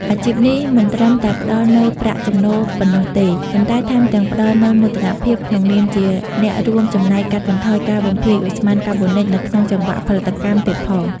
អាជីពនេះមិនត្រឹមតែផ្ដល់នូវប្រាក់ចំណូលប៉ុណ្ណោះទេ ប៉ុន្តែថែមទាំងផ្ដល់នូវមោទនភាពក្នុងនាមជាអ្នករួមចំណែកកាត់បន្ថយការបំភាយឧស្ម័នកាបូនិចនៅក្នុងចង្វាក់ផលិតកម្មទៀតផង។